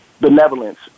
benevolence